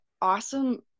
awesome